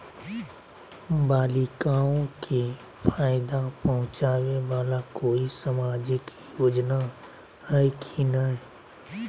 बालिकाओं के फ़ायदा पहुँचाबे वाला कोई सामाजिक योजना हइ की नय?